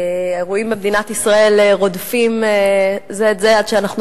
האירועים במדינת ישראל רודפים זה את זה עד שאנחנו